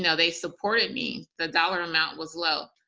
and they supported me, the dollar amount was low.